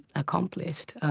accomplished.